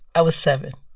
i was seven.